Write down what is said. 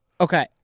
okay